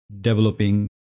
developing